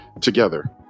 together